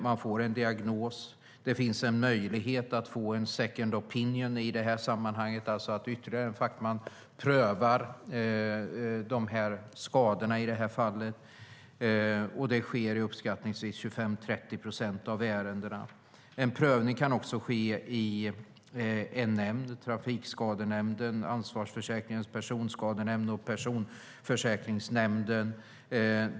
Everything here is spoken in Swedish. Man får en diagnos och sedan finns det en möjlighet att få en second opinion i det här sammanhanget, alltså att ytterligare en fackman prövar skadorna. Det sker i uppskattningsvis 25-30 procent av ärendena. En prövning kan också ske i en nämnd: Trafikskadenämnden, Ansvarsförsäkringens personskadenämnd eller Personförsäkringsnämnden.